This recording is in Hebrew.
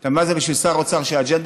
אתה יודע מה זה בשביל שר אוצר שהאג'נדה